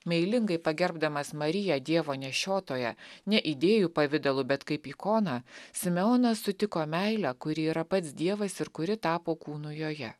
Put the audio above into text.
meilingai pagerbdamas mariją dievo nešiotoją ne idėjų pavidalu bet kaip ikoną simeonas sutiko meilę kuri yra pats dievas ir kuri tapo kūnu joje